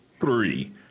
three